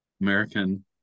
American